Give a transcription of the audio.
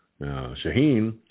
Shaheen